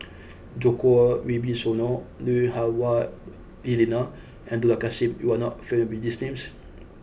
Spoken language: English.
Djoko Wibisono Lui Hah Wah Elena and Dollah Kassim you are not familiar with these names